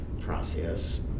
process